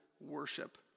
worship